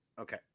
Okay